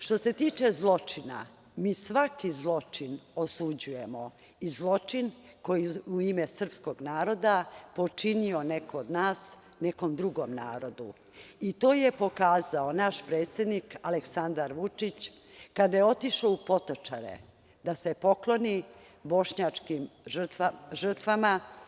Što se tiče zločina, mi svaki zločin osuđujemo i zločin koji u ime srpskog naroda počinio neko od nas nekom drugom narodu i to je pokazao naš predsednik Aleksandar Vučić kada je otišao u Potočare da se pokloni bošnjačkim žrtvama.